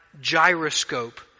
gyroscope